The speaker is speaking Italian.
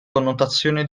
connotazione